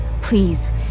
please